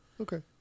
Okay